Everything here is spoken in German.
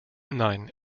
nein